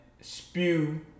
spew